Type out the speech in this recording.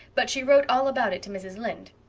but she wrote all about it to mrs. lynde.